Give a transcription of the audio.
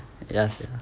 ya sia